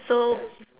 so